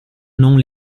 non